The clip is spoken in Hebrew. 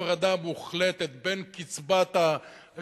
הפרדה מוחלטת בין קצבה שמתקבלת,